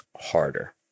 harder